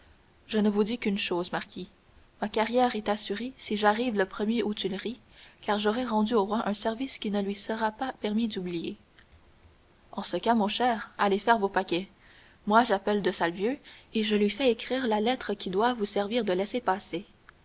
je ne vous dis qu'une chose marquis ma carrière est assurée si j'arrive le premier aux tuileries car j'aurai rendu au roi un service qu'il ne lui sera pas permis d'oublier en ce cas mon cher allez faire vos paquets moi j'appelle de salvieux et je lui fais écrire la lettre qui doit vous servir de laissez-passer